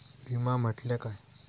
विमा म्हटल्या काय?